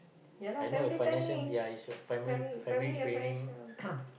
I know if financing ya you should family planning